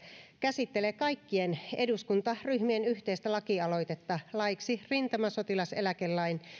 käsittelee kaikkien eduskuntaryhmien yhteistä lakialoitetta laeiksi rintamasotilaseläkelain